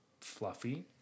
fluffy